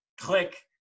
Click